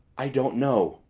i don't know,